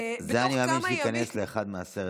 אני מאמין שזה ייכנס לאחד מעשרת,